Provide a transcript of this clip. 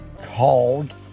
called